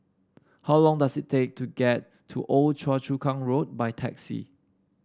how long does it take to get to Old Choa Chu Kang Road by taxi